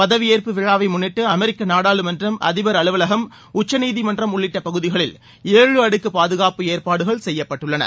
பதவியேற்பு விழாவை முன்னிட்டு அமெரிக்க நாடாளுமன்றம் அதிபர் அலுவலகம் உச்ச நீதிமன்றம் உள்ளிட்ட பகுதிகளில் ஏழு அடுக்குப் பாதுகாப்பு ஏற்பாடுகள் செய்யப்பட்டுள்ளன